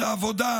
העבודה,